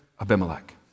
Abimelech